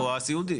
או הסיעודי.